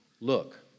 look